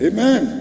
Amen